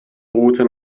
route